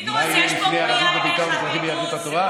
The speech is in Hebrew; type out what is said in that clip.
פינדרוס, יש פה פנייה אליך, פינדרוס.